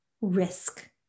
risk